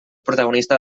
protagonista